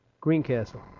Greencastle